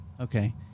Okay